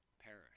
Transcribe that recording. perish